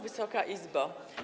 Wysoka Izbo!